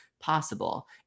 Possible